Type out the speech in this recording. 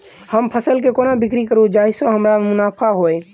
हम फसल केँ कोना बिक्री करू जाहि सँ हमरा मुनाफा होइ?